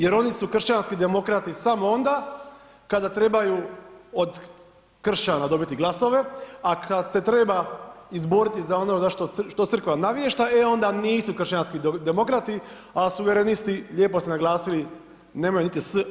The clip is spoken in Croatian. Jer oni su kršćanski demokrati samo onda kada trebaju od kršćana dobiti glasove, a kada se treba izboriti za ono što Crkva navješta e, onda nisu kršćanski demokrati, a suverenisti lijepo ste naglasili nemaju niti S od suverenizma.